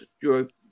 Europe